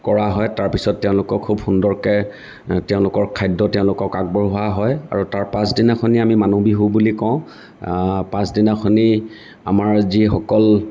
কৰা হয় তাৰপিছত তেওঁলোকক খুব সুন্দৰকৈ তেওঁলোকৰ খাদ্য আগবঢ়োৱা হয় আৰু তাৰ পিছদিনাখন আমি মানুহ বিহু বুলি কওঁ পিছদিনাখন আমাৰ যিসকল